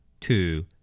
Two